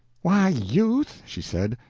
why, youth, she said,